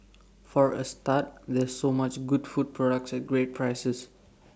for A start there's so much good food products at great prices